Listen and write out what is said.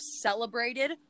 celebrated